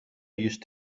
used